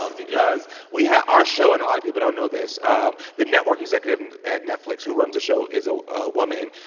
ah because we have our show and a lot of people don't know this um the network executive and at netflix who runs the show is ah a woman.